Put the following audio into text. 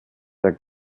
der